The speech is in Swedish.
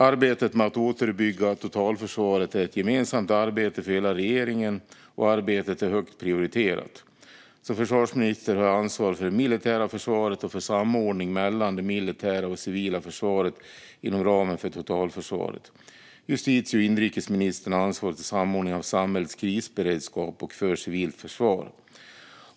Arbetet med att återuppbygga totalförsvaret är ett gemensamt arbete för hela regeringen, och arbetet är högt prioriterat. Som försvarsminister har jag ansvaret för det militära försvaret och för samordningen mellan det militära och det civila försvaret inom ramen för totalförsvaret. Justitie och inrikesministern har ansvaret för samordningen av samhällets krisberedskap och för civilt försvar.